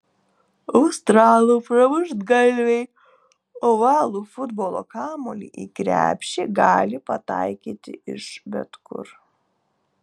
australų pramuštgalviai ovalų futbolo kamuolį į krepšį gali pataikyti iš bet kur